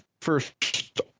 first